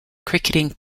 cricketing